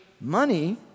money